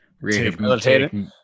rehabilitated